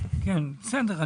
בסדר.